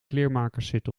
kleermakerszit